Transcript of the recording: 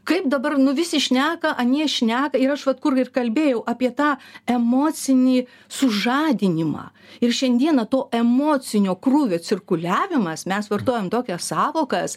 kaip dabar nu visi šneka anie šneka ir aš vat kur ir kalbėjau apie tą emocinį sužadinimą ir šiandieną to emocinio krūvio cirkuliavimas mes vartojam tokias sąvokas